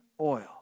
oil